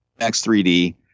X3D